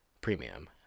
Premium